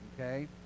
Okay